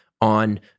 on